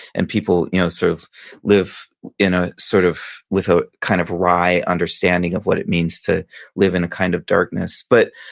and people you know sort of live ah sort of with a kind of rye understanding of what it means to live in a kind of darkness but,